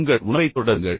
உங்கள் உணவைத் தொடருங்கள்